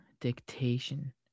Dictation